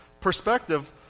perspective